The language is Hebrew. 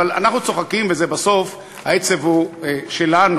אבל אנחנו צוחקים, ובסוף העצב הוא שלנו.